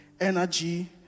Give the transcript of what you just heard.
energy